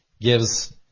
gives